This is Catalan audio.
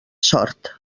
sort